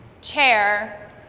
Chair